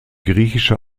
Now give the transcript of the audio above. griechische